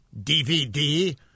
DVD